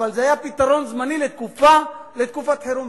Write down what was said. אבל זה היה פתרון זמני לתקופת חירום.